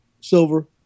silver